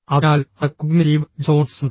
അതിനാൽ അത് cognitive dissonance ആണ്